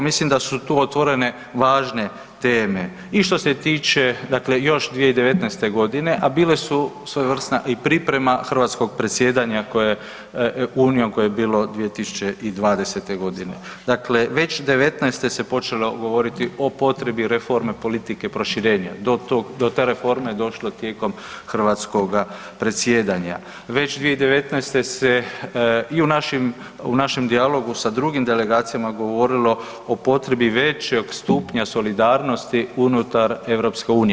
Mislim da su tu otvorene važne teme i što se tiče dakle još 2019.g., a bile su svojevrsna priprema i hrvatskog predsjedanja Unijom koje je bilo 2020.g. Dakle, već 2019. se počelo govoriti o potrebi reforme politike proširenje, do te reforme je došlo tijekom hrvatskoga predsjedanja, već 2019. se i u našem dijalogu sa drugim delegacijama govorilo o potrebi većeg stupnja solidarnosti unutar EU.